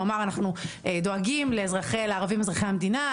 הוא אמר אנחנו דואגים לאזרחי לערבים אזרחי המדינה,